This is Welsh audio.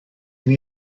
inni